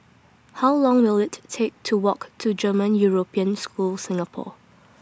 How Long Will IT Take to Walk to German European School Singapore